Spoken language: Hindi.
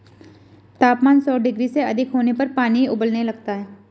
तापमान सौ डिग्री से अधिक होने पर पानी उबलने लगता है